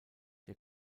der